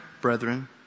brethren